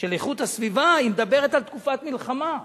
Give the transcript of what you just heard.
של איכות הסביבה, היא מדברת על תקופת מלחמה,